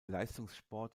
leistungssport